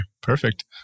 perfect